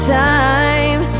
time